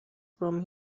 from